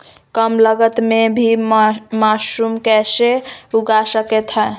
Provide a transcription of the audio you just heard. कम लगत मे भी मासूम कैसे उगा स्केट है?